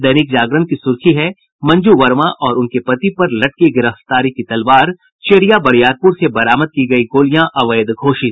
दैनिक जागरण की सुर्खी है मंजू वर्मा और उनके पति पर लटकी गिरफ्तारी की तलवार चेरिया बरियारपुर से बरामद की गयी गोलियां अवैध घोषित